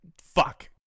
fuck